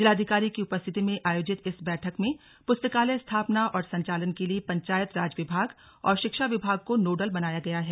जिलाधिकारी की उपस्थिति में आयोजित इस बैठक में पुस्तकालय स्थापना और संचालन के लिए पंचायत राज विभाग और शिक्षा विभाग को नोडल बनाया गया है